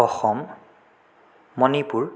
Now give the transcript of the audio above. Assam Manipur